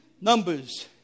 Numbers